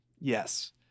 Yes